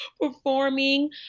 performing